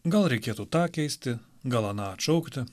gal reikėtų tą keisti gal aną atšaukti